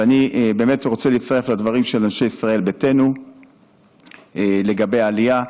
אני רוצה להצטרף לדברים של אנשי ישראל ביתנו לגבי העלייה.